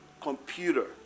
computer